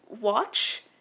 watch